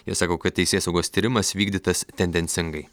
jie sako kad teisėsaugos tyrimas vykdytas tendencingai